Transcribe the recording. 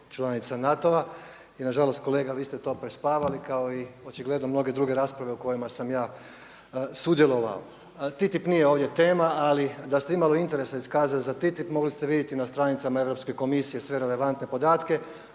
članica NATO-a. I nažalost kolega vi ste to prespavali kao i očigledno mnoge druge rasprave u kojima sam ja sudjelovao. TTIP nije ovdje tema ali da ste imalo interesa iskazali za TTIP mogli ste vidjeti na stranicama Europske komisije sve relevantne podatke.